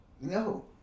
No